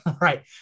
Right